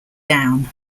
down